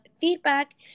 feedback